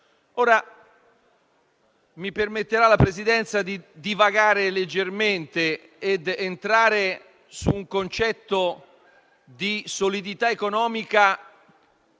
Mi permetterà la Presidenza di divagare leggermente per soffermarmi sul concetto di solidità economica